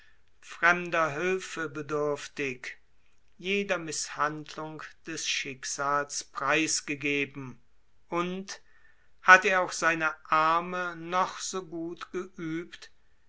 fremder hülfe bedürftig jeder mißhandlung des schicksals preisgegeben und hat er auch seine arme gut geübt